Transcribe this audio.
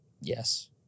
yes